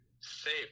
safe